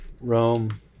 Rome